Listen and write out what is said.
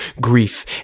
grief